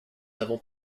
avons